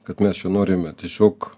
kad mes čia norime tiesiog